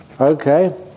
Okay